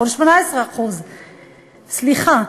סליחה,